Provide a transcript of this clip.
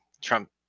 Trump